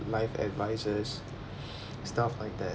life advices stuff like that